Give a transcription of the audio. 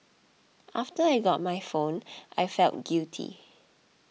after I got my phone I felt guilty